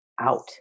out